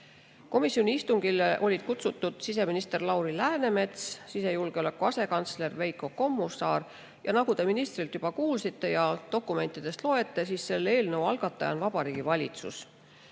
Komisjoni istungile olid kutsutud ka siseminister Lauri Läänemets ja sisejulgeoleku asekantsler Veiko Kommusaar. Nagu te ministrilt kuulsite ja dokumentidest loete, selle eelnõu algataja on Vabariigi Valitsus.